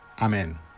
Amen